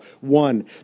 One